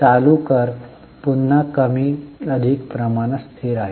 चालू कर पुन्हा कमी अधिक प्रमाणात स्थिर आहे